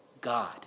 God